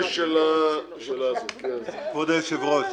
כבוד היושב-ראש,